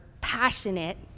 passionate